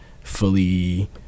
fully